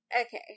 okay